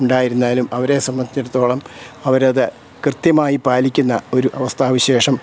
ഉണ്ടായിരുന്നാലും അവരെ സംബന്ധിച്ചിടത്തോളം അവരത് കൃത്യമായി പാലിക്കുന്ന ഒരു അവസ്ഥാവിശേഷം